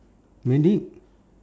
medic